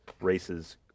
races